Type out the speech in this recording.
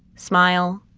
smile.